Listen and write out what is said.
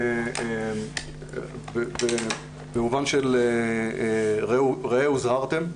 הזה, במובן של ראה, הוזהרתם.